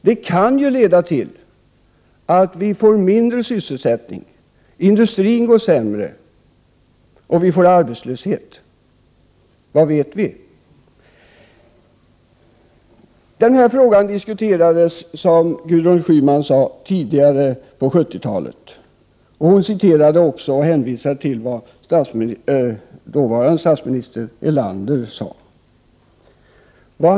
Det kan leda till att sysselsättningen i Sverige blir lägre, att industrin går sämre och att arbetslösheten blir högre, vad vet vi. Den här frågan diskuterades, som Gudrun Schyman sade, på 70-talet. Hon citerade och hänvisade till vad dåvarande statsminister Erlander sade.